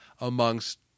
amongst